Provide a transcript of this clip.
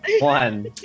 One